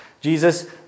Jesus